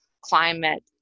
climate